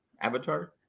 avatar